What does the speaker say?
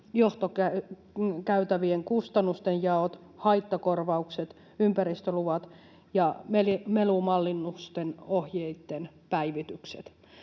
johtokäytävien kustannusten jaot, haittakorvaukset, ympäristöluvat ja melumallinnusten ohjeitten päivitykset.